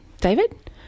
David